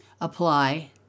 apply